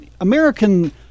American